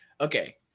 okay